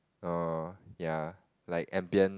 um ya like ambient